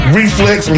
reflex